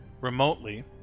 remotely